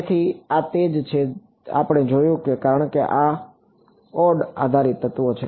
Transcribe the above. તેથી આ તે છે જે આપણે જોયું છે કારણ કે આ ઓડ આધારિત તત્વો છે